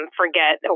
forget